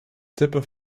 tippen